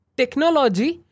technology